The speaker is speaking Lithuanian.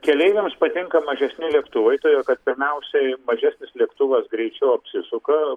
keleiviams patinka mažesni lėktuvai todėl kad pirmiausiai mažesnis lėktuvas greičiau apsisuka